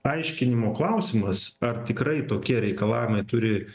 aiškinimo klausimas ar tikrai tokie reikalavimai turi